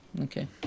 Okay